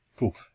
Cool